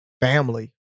family